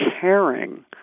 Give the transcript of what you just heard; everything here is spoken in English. caring